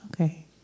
Okay